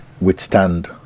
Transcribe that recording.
withstand